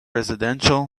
residential